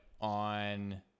on